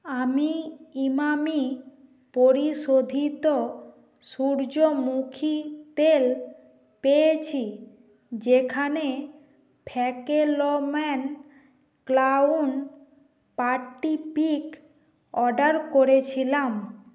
আমি ইমামি পরিশোধিত সূর্যমুখী তেল পেয়েছি যেখানে Fackelmann clown party pick order করেছিলাম